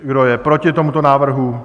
Kdo je proti tomuto návrhu?